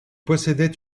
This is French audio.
possédait